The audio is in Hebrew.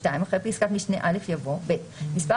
(2) אחרי פסקת משנה (א) יבוא: (ב) מסר